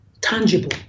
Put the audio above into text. tangible